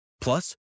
Plus